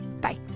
Bye